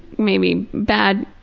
maybe bad,